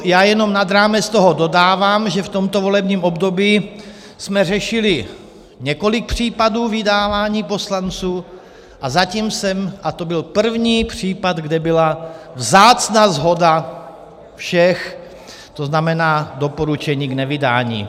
Já jenom nad rámec toho dodávám, že v tomto volebním období jsme řešili několik případů vydávání poslanců a zatím jsem a to byl první případ, kde byla vzácná shoda všech, to znamená doporučení k nevydání.